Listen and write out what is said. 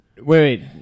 Wait